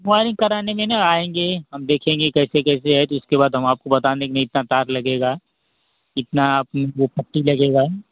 wiring कराने में न आएंगे हम देखेंगे कैसे कैसे है उसके बाद हम आपको बता देंगे इतना तार लगेगा इतना वो पट्टी लगेगा